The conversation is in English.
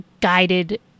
guided